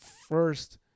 first